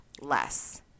less